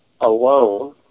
alone